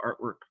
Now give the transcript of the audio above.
artwork